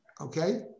Okay